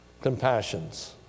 compassions